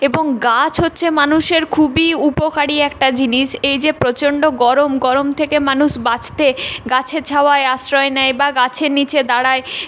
এবং গাছ হচ্ছে মানুষের খুবই উপকারী একটা জিনিস এই যে প্রচণ্ড গরম গরম থেকে মানুষ বাঁচতে গাছের ছাওয়ায় আশ্রয় নেয় বা গাছের নিচে দাঁড়ায়